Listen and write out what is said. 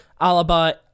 Alaba